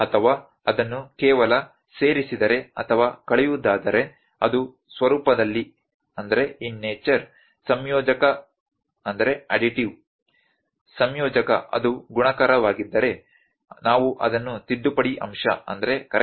ಅಥವಾ ಅದನ್ನು ಕೇವಲ ಸೇರಿಸಿದರೆ ಅಥವಾ ಕಳೆಯುವುದಾದರೆ ಅದು ಸ್ವರೂಪದಲ್ಲಿ ಸಂಯೋಜಕ ಸಂಯೋಜಕ ಅದು ಗುಣಾಕಾರವಾಗಿದ್ದರೆ ನಾವು ಅದನ್ನು ತಿದ್ದುಪಡಿ ಅಂಶ ಎಂದು ಕರೆಯುತ್ತೇವೆ